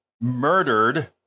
murdered